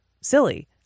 silly